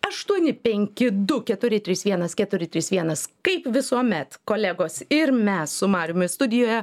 aštuoni penki du keturi trys vienas keturi trys vienas kaip visuomet kolegos ir mes su mariumi studijoje